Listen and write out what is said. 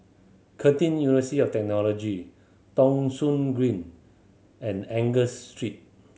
Curtin University of Technology Thong Soon Green and Angus Street